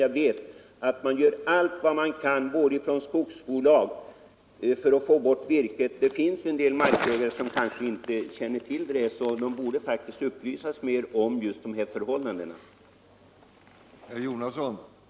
Jag vet också att man gör allt vad man kan, framför allt från skogsbolagens sida, för att få bort virket ur skogen. Men jag vill upprepa att det finns en del skogsägare som inte känner till just dessa skador och som därför borde bättre upplysas om dem.